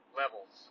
levels